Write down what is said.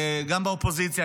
גם באופוזיציה,